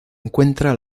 encuentra